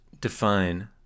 define